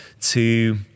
to-